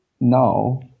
now